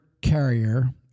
Carrier